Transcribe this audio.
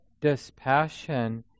dispassion